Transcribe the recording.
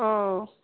औ